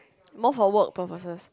more for work purposes